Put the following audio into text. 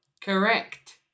Correct